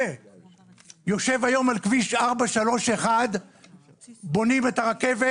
יושב היום על כביש 431 --- בונים את הרכבת,